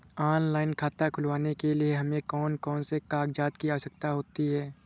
Online खाता खोलने के लिए हमें कौन कौन से कागजात की आवश्यकता होती है?